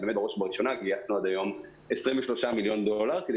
בראש ובראשונה גייסנו עד היום 23 מיליון דולר כדי